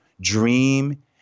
dream